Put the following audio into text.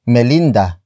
Melinda